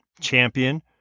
Champion